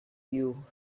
you